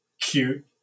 Cute